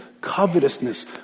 covetousness